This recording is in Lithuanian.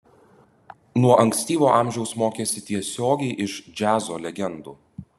nuo ankstyvo amžiaus mokėsi tiesiogiai iš džiazo legendų